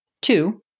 Two